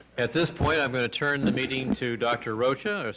at this point, i'm gonna turn the meeting to dr. rocha,